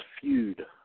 feud